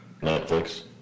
Netflix